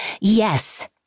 Yes